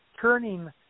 turning